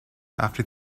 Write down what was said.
after